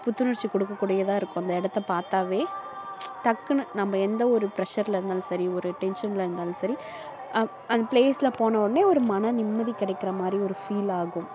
புத்துணர்ச்சி கொடுக்கக்கூடியதா இருக்கும் அந்த இடத்த பார்த்தாவே டக்குன்னு நம்ம எந்த ஒரு ப்ரெஷ்ஷரில் இருந்தாலும் சரி ஒரு டென்சனில் இருந்தாலும் சரி அந்த ப்ளேஸில் போன உடனே ஒரு மன நிம்மதி கிடைக்கிற மாதிரி ஒரு ஃபீல் ஆகும்